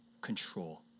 control